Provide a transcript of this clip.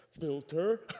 Filter